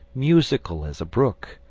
musical as a brook.